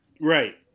Right